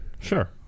Sure